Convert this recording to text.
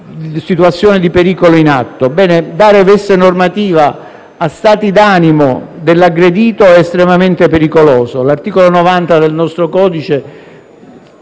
situazione di pericolo in atto. Bene, dare veste normativa a stati d'animo dell'aggredito è estremamente pericoloso. L'articolo 90 del nostro codice